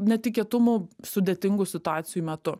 netikėtumų sudėtingų situacijų metu